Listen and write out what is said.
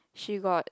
she got